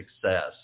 Success